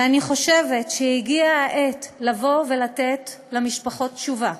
ואני חושבת שהגיעה העת לבוא ולתת למשפחות תשובה.